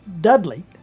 Dudley